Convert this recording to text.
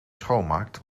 schoonmaakt